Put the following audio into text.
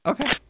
Okay